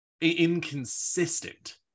inconsistent